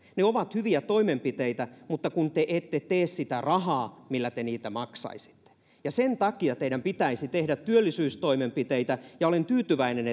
ne ovat hyviä toimenpiteitä mutta te ette tee sitä rahaa millä te niitä maksaisitte ja sen takia teidän pitäisi tehdä työllisyystoimenpiteitä ja olen tyytyväinen